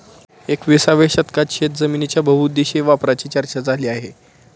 एकविसाव्या शतकात शेतजमिनीच्या बहुउद्देशीय वापराची चर्चा झाली आहे